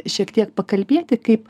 šiek tiek pakalbėti kaip